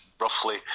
roughly